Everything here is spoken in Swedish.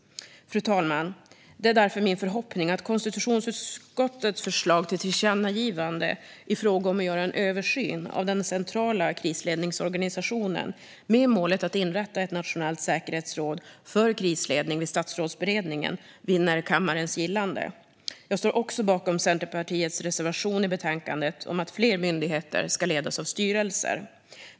Fru talman! Det är därför min förhoppning att konstitutionsutskottets förslag till tillkännagivande, i fråga om att göra en översyn av den centrala krisledningsorganisationen med målet att inrätta ett nationellt säkerhetsråd för krisledning vid Statsrådsberedningen, vinner kammarens gillande. Jag står också bakom Centerpartiets reservation i betänkandet om att fler myndigheter ska ledas av styrelser.